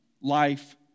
Life